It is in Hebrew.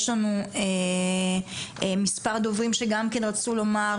יש לנו מספר דוברים שרצו לומר